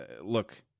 look